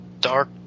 dark